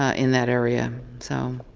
in that area. so